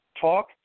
talk